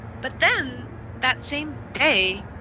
but then that same day,